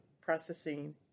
processing